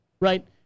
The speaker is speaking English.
right